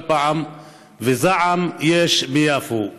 ויש זעם ביפו,